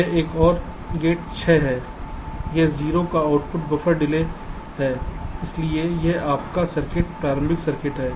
यह एक और गेट 6 है यह 0 का आउटपुट बफर डिले है इसलिए यह आपका सर्किट प्रारंभिक सर्किट है